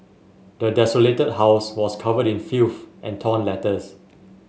the desolated house was covered in filth and torn letters